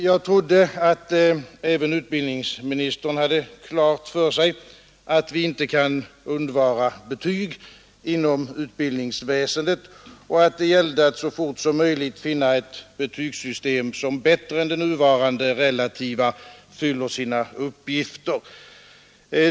Jag trodde att även utbildningsministern hade klart för sig att vi inte kan undvara betyg inom utbildningsväsendet och att det gäller att så fort som möjligt finna ett betygssystem som bättre än det nuvarande relativa fyller sina uppgifter.